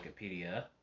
Wikipedia